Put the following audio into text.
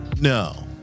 no